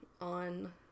on